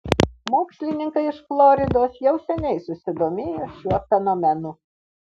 mokslininkai iš floridos jau seniai susidomėjo šiuo fenomenu